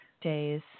days